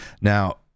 now